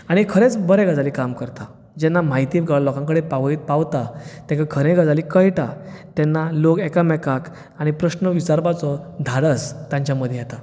आनी खरेच बरे गजालीन काम करता जेन्ना म्हायती लोकां कडेन पावय पावता तांकां खरे गजाली कळटा तेन्ना लोक एकामेकांक आनी प्रस्न विचारपाचो धाडस तांच्या मदीं येता